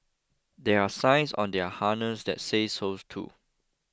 there are signs on their harness that say so too